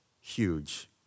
huge